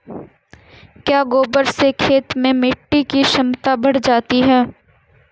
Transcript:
क्या गोबर से खेत में मिटी की क्षमता बढ़ जाती है?